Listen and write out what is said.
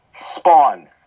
Spawn